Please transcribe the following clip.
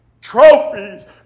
Trophies